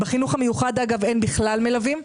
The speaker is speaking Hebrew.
בחינוך המיוחד אגב אין בכלל מלווים.